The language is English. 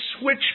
switch